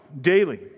daily